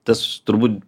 tas turbūt